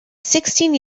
sixteen